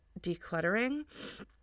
decluttering